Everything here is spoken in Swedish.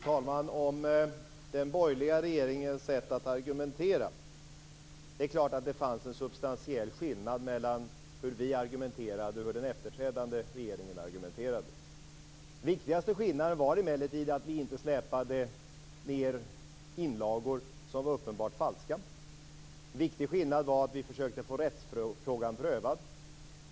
Fru talman! Det är klart att det fanns en substantiell skillnad mellan hur den borgerliga regeringen argumenterade och hur den efterträdande regeringen argumenterade. Viktigaste skillnaden var att vi inte släpade ned inlagor som var uppenbart falska. En viktig skillnad var att vi försökte få rättsfrågan prövad.